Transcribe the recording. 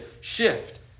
shift